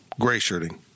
gray-shirting